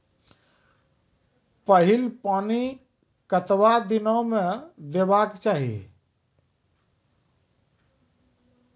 पहिल पानि कतबा दिनो म देबाक चाही?